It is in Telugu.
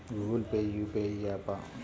గూగుల్ పే యూ.పీ.ఐ య్యాపా?